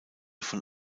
von